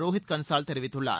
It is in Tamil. ரோகித் கன்சால் தெரிவித்துள்ளார்